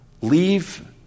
leave